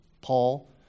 Paul